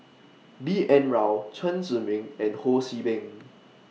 B N Rao Chen Zhiming and Ho See Beng